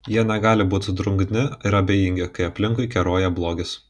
jie negali būti drungni ir abejingi kai aplinkui keroja blogis